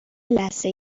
لثه